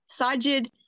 Sajid